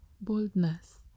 boldness